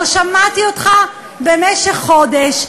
לא שמעתי אותך במשך חודש,